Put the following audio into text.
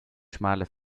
schmale